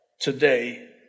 today